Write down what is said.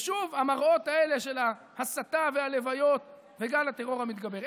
ושוב המראות האלה של ההסתה והלוויות וגל הטרור המתגבר.